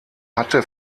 hatte